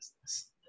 business